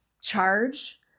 charge